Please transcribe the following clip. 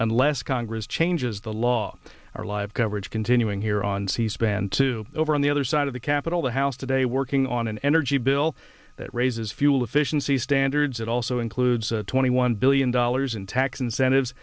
unless congress changes the law our live coverage continuing here on c span two over on the other side of the capitol the house today working on an energy bill that raises fuel efficiency standards it also includes twenty one billion dollars in tax incentives